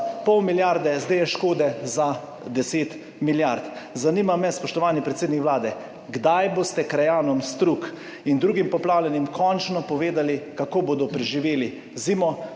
pol milijarde, zdaj je škode za 10 milijard. Zanima me, spoštovani predsednik Vlade: Kdaj boste krajanom Strug in drugim poplavljenim končno povedali, kako bodo preživeli zimo?